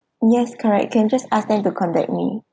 yes correct can just ask them to contact me